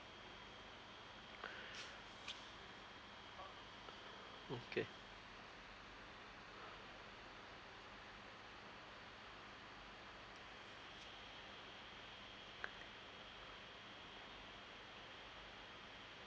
okay